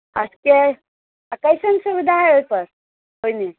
से कैसन सुविधा हय ओइपर ओइमे